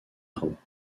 arbres